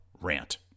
rant